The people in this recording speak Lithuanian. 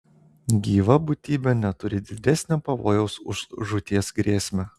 gyva būtybė neturi didesnio pavojaus už žūties grėsmę